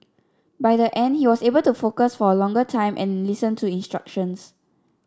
by the end he was able to focus for a longer time and listen to instructions